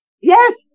Yes